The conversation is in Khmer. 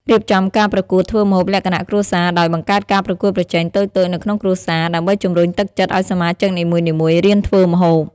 រៀបចំការប្រកួតធ្វើម្ហូបលក្ខណៈគ្រួសារដោយ បង្កើតការប្រកួតប្រជែងតូចៗនៅក្នុងគ្រួសារ ដើម្បីជំរុញទឹកចិត្តឱ្យសមាជិកនីមួយៗរៀនធ្វើម្ហូប។